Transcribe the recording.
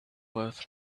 worth